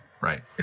right